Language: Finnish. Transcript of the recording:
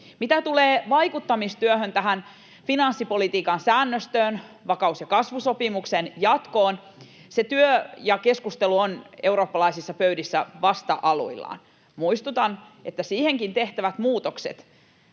Mitä tulee vaikuttamistyöhön, tähän finanssipolitiikan säännöstöön, vakaus‑ ja kasvu-sopimuksen jatkoon, se työ ja keskustelu on eurooppalaisissa pöydissä vasta aluillaan. Muistutan, että siihenkin tehtävät muutokset